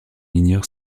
ignore